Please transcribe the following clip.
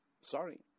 Sorry